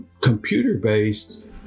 computer-based